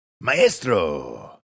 Maestro